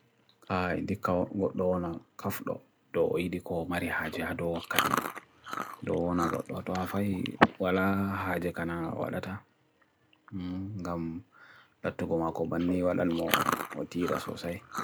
ndika wad dgo doona kaf doona nditdika wad mari haj'e hado wa kati ndo oona wad doona wad doona wad wad wad doona wad upaya wad haj'e kana wadata ndam latu gomak o bani walan mo utira sosai